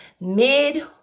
mid